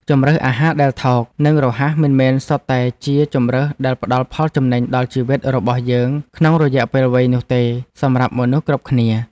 ជម្រើសអាហារដែលថោក និងរហ័សមិនមែនសុទ្ធតែជាជម្រើសដែលផ្តល់ផលចំណេញដល់ជីវិតរបស់យើងក្នុងរយៈពេលវែងនោះទេសម្រាប់មនុស្សគ្រប់គ្នា។